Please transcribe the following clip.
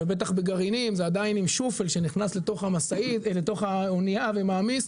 ובטח בגרעינים זה עדיין עם מחפרון שנכנס לתוך האנייה ומעמיס.